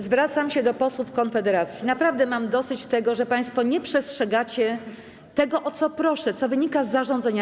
Zwracam się do posłów Konfederacji: naprawdę mam dosyć tego, że państwo nie przestrzegacie tego, o co proszę, co wynika z zarządzenia.